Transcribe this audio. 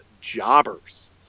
jobbers